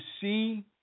see